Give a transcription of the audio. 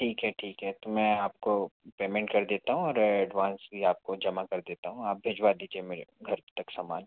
ठीक है ठीक है तो मैं आपको पेमेंट कर देता हूँ और एडवांस भी आपको जमा कर देता हूँ आप भिजवा दीजिए मेरे घर तक सामान